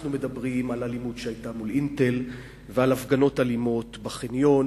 אנחנו מדברים על האלימות שהיתה מול "אינטל" ועל הפגנות אלימות בחניון,